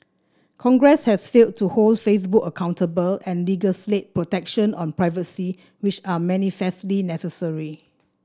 congress has failed to hold Facebook accountable and legislate protections on privacy which are manifestly necessary